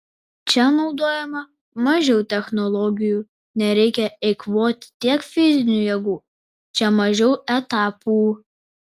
čia naudojama mažiau technologijų nereikia eikvoti tiek fizinių jėgų čia mažiau etapų